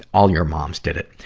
all your moms did it.